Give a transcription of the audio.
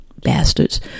bastards